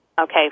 okay